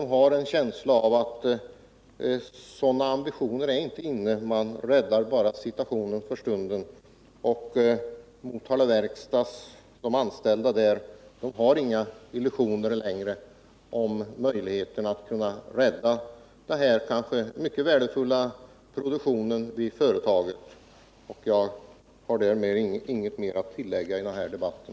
Kommer industriministern att ta initiativ till en samordnad plan för utvecklingen av den svenska rostfritt stål-industrin under hänsynstagande inte bara till företagsekonomiska önskemål utan även till kraven på bevarad hög sysselsättning i berörda regioner?